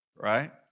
right